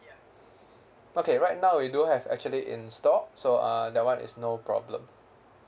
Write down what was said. okay right now we do have actually in stock so uh that one is no problem